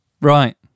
Right